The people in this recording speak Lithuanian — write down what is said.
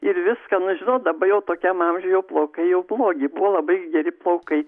ir viską nu žinot dabar jau tokiam amžiuj jau plaukai jau blogi buvo labai geri plaukai